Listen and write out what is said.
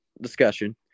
discussion